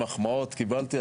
מחמאות קיבלתי,